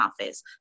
office